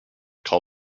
cul